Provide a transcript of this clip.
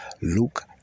Luke